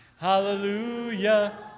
Hallelujah